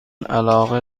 علاقه